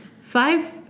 five